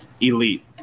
elite